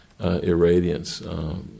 irradiance